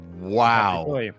Wow